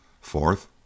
Fourth